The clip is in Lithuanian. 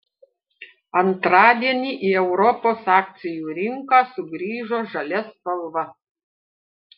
antradienį į europos akcijų rinką sugrįžo žalia spalva